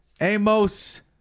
Amos